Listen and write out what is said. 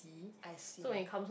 I see